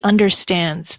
understands